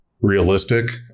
realistic